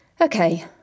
Okay